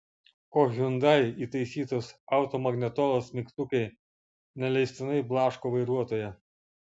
o hyundai įtaisytos automagnetolos mygtukai neleistinai blaško vairuotoją